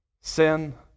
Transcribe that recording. sin